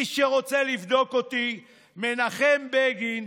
מי שרוצה לבדוק אותי: מנחם בגין,